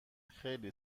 خیلی